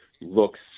looks